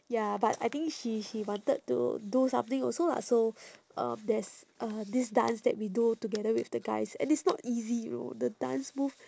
ya but I think she she wanted to do something also lah so uh there's this dance that we do together with the guys and it's not easy you know the dance move